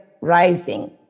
rising